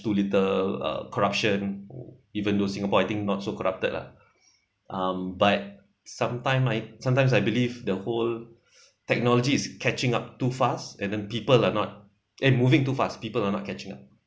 too little uh corruption even though singapore I think not so corrupted lah um but sometime I sometimes I believe the whole technology is catching up too fast and then people are not and moving too fast people are not catching up